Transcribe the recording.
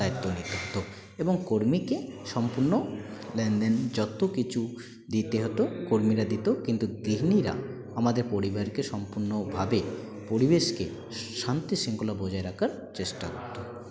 দায়িত্ব নিতে হতো এবং কর্মীকে সম্পূর্ণ লেন দেন যতো কিছু দিতে হতো কর্মীরা দিতো কিন্তু গৃহিণীরা আমাদের পরিবারকে সম্পূর্ণভাবে পরিবেশকে শান্তি শৃঙ্খলা বজায় রাখার চেষ্টা করতো